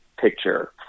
picture